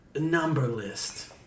number-list